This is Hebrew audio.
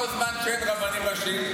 כל זמן שאין רבנים ראשיים,